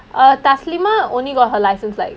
err thasleema only got her licence like